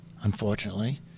unfortunately